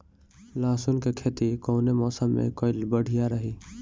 लहसुन क खेती कवने मौसम में कइल बढ़िया रही?